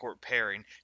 pairing